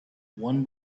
one